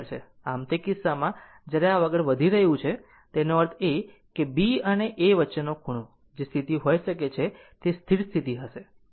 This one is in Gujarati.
આમ તે કિસ્સામાં જ્યારે આ આગળ વધી રહ્યું છે એનો અર્થ એ કે B અને A વચ્ચેનો ખૂણો જે સ્થિતિ હોઇ શકે તે સ્થિર રહેશે